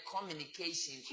communication